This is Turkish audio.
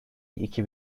iki